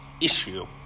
issue